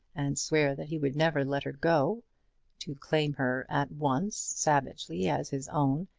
and swear that he would never let her go to claim her at once savagely as his own,